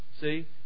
See